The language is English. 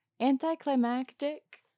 anticlimactic